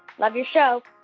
love your show